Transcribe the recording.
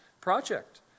project